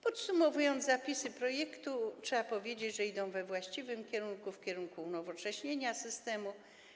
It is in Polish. Podsumowując zapisy projektu, trzeba powiedzieć, że idą one we właściwym kierunku, w kierunku unowocześnienia systemu.